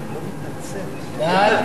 והביטחון נתקבלה.